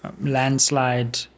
landslide